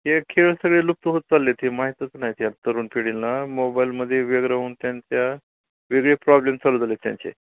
हे खेळ सगळे लुप्त होत चाललेत हे माहीतच नाहीत ह्या तरूण पिढींला मोबाईलमध्ये वेग राहून त्यांच्या वेगळे प्रॉब्लेम सॉल्व झालेत त्यांचे